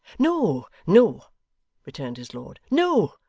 no no returned his lord. no.